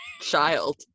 child